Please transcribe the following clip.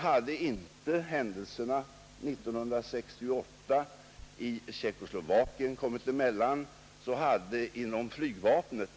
Hade inte händelserna i Tjeckoslovakien 1968 kommit emellan, hade